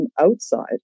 outside